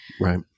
Right